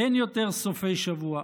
אין יותר סופי שבוע,